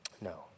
No